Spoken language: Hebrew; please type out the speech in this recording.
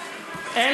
אולי,